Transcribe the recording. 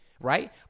right